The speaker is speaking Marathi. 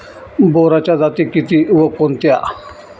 बोराच्या जाती किती व कोणत्या?